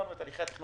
לאורך השנים